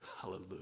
Hallelujah